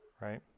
Right